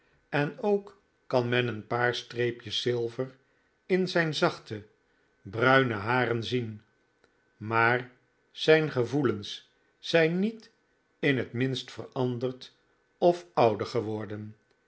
en ook kan men een paar streepjes zilver in zijn zachte bruine haren zien maar zijn gevoelens zijn niet in het minst veranderd of ouder geworden